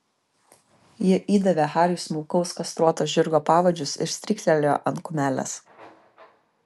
ji įdavė hariui smulkaus kastruoto žirgo pavadžius ir stryktelėjo ant kumelės